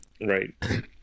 Right